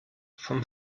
vom